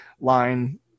line